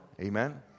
Amen